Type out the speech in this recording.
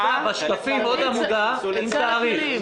בשקפים צריכה להיות עוד עמודה עם תאריך.